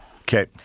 Okay